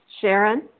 Sharon